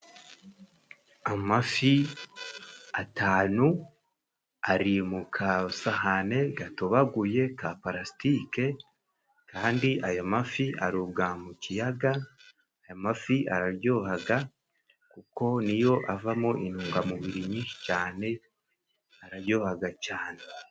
Amafi atanu ari mu kasahane gatobaguye ka parasitike， kandi ayo mafi arobwa mu kiyaga，amafi araryohaga， kuko niyo avamo intungamubiri nyinshi cane，araryohaga cane.